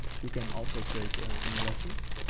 you can also create new lessons.